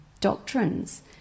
doctrines